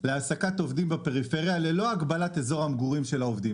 להעסקת עובדים בפריפריה ללא הגבלת אזור המגורים של העובדים.